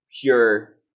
pure